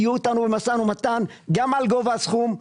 יהיו איתנו במשא ומתן גם על גובה הסכום,